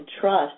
trust